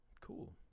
cool